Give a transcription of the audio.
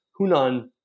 Hunan